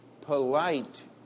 polite